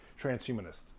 transhumanist